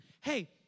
hey